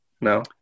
No